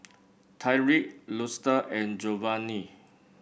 Tyrik Luster and Jovanny